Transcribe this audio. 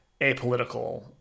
apolitical